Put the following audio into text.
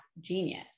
genius